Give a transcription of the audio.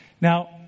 Now